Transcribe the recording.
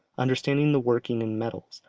understanding the working in metals,